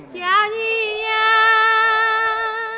yeah yeah i